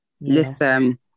listen